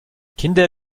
kinder